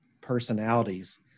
personalities